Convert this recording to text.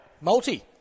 Multi